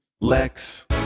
Lex